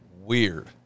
weird